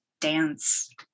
dance